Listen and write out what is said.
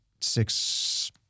six